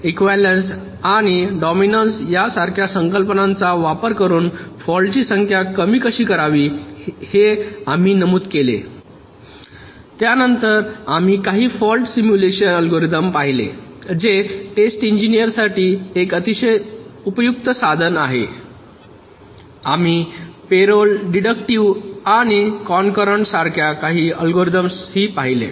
एकवलेन्स आणि डॉमिनन्स यासारख्या संकल्पनांचा वापर करून फॉल्ट ची संख्या कमी कशी करावी हे आम्ही नमूद केले त्यानंतर आम्ही काही फॉल्ट सिम्युलेशन अल्गोरिदम पाहिले जे टेस्ट इंजिनिअर साठी एक अतिशय उपयुक्त साधन आहे आम्ही पॅरेलेले डिडक्टिव्ह आणि कॉंकॅरेन्ट सारख्या काही अल्गोरिदम पाहिले